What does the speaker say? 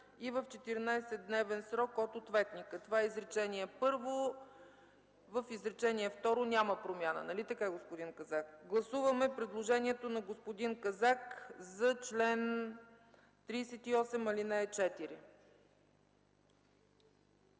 и в 14-дневен срок от ответника”. Това е изречение първо. В изречение второ няма промяна. Гласуваме предложението на господин Казак за чл. 38, ал. 4.